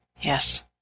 Yes